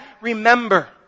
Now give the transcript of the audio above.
Remember